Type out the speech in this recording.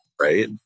right